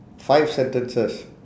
five sentences